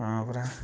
ହଁ ପରା